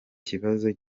kibazo